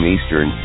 Eastern